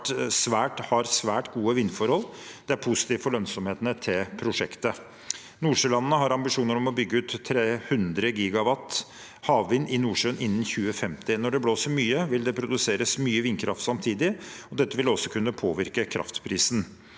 har svært gode vindforhold. Det er positivt for lønnsomheten til prosjektet. Nordsjølandene har ambisjoner om å bygge ut 100 GW havvind i Nordsjøen innen 2050. Når det blåser mye, vil det produseres mye vindkraft samtidig, og dette vil også kunne påvirke kraftprisen.